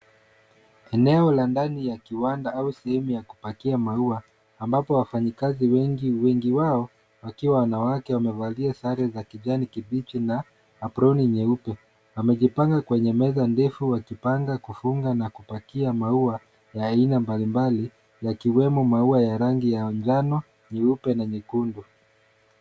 Eneo la ndani ya kiwanda au sehemu ya kupakia maua, ambapo wafanyakazi wengi, wengi wao, wakiwa wanawake wamevalia sare za kijani kibichi, na aproni nyeupe. Wamejipanga kwenye meza ndefu, wakipanga kufunga na kupakia maua, ya aina mbalimbali, yakiwemo maua ya rangi ya njano, nyeupe, na nyekundu.